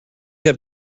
have